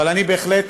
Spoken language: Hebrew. אבל אני בהחלט